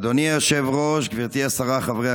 אדוני היושב-ראש, גברתי השרה, חברי